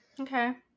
Okay